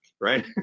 right